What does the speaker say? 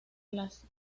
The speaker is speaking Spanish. las